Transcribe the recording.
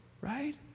Right